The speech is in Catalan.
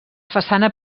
façana